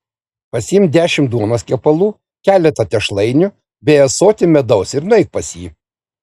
pasiimk dešimt duonos kepalų keletą tešlainių bei ąsotį medaus ir nueik pas jį